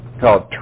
called